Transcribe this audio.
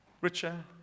richer